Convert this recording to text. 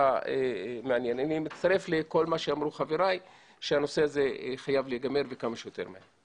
אני מצטרף לכל מה שאמרו חבריי שהנושא הזה חייב להיגמר וכמה שיותר מהר.